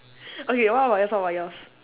okay what about yours what about yours